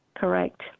correct